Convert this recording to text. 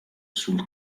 sul